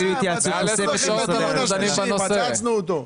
בעקבות הערות הוועדה הכנסנו סיעודיים.